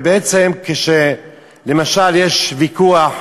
ובעצם, כשלמשל יש ויכוח